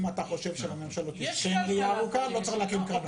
אם אתה חושב שלממשלות יש ראייה ארוכה לא צריך להקים קרנות.